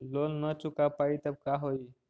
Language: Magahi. लोन न चुका पाई तब का होई?